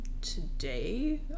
today